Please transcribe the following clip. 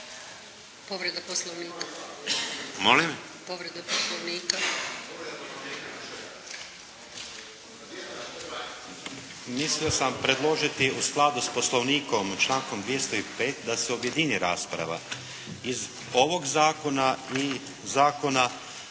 Željko (MDS)** Mislio sam predložiti u skladu s Poslovnikom i člankom 205. da se objedini rasprava iz ovog zakona i zakona